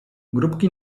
grupki